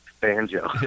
banjo